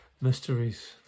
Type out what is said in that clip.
mysteries